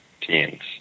teens